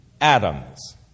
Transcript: atoms